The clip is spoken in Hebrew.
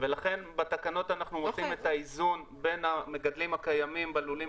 ולכן בתקנות אנחנו עושים את האיזון בין המגדלים הקיימים בלולים